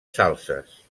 salses